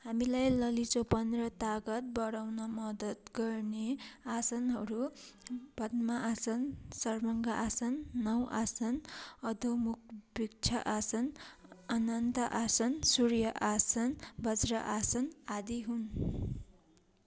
हामीलाई लिचोपन र तागत बढाउन मदत गर्ने आसनहरू पद्मासन सर्वाङ्गासन नौ आसन अदोमुखश्वासन अनन्तासन सुर्यासन बज्रासन आदि हुन्